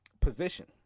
position